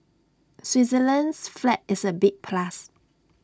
Switzerland's flag is A big plus